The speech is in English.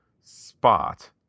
spot